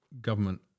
government